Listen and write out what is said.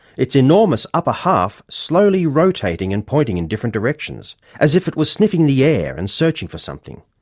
its enormous upper half slowly rotating and pointing in different directions, as if it were sniffing the air and searching for something.